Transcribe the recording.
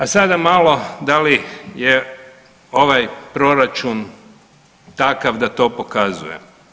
A sada malo da li je ovaj proračun takav da to pokazuje.